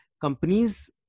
companies